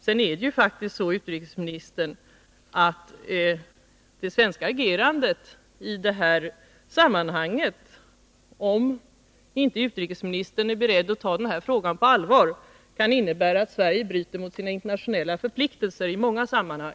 Sedan är det faktiskt så, herr utrikesminister, att det svenska agerandet i det här sammanhanget, om inte utrikesministern är beredd att ta frågan på allvar, kan innebära att Sverige bryter mot sina internationella förpliktelser i många sammanhang.